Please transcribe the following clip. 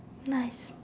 nice